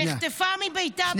שנחטפה מביתה בכפר עזה,